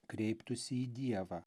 kreiptųsi į dievą